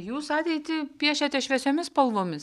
jūs ateitį piešiate šviesiomis spalvomis